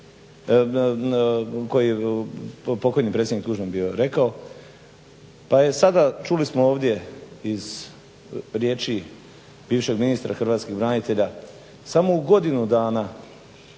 koji je pokojni predsjednik Tuđman bio rekao pa je sada čuli smo ovdje iz riječi bivšeg ministra hrvatskih branitelja, samo u godinu dana